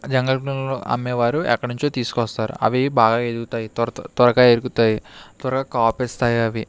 జంగలపాళెంలో అమ్మేవారు ఎక్కడనుంచో తీసుకొస్తారు అవి బాగా ఎదుగుతాయి తొర త్వరగా ఎదుగుతాయి త్వరగా కాపిస్తాయి అవి